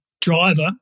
driver